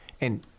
And-